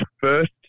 first